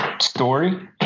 story